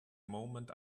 moment